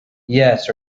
yes